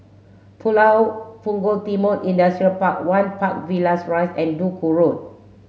Pulau Punggol Timor Industrial Park one Park Villas Rise and Duku Road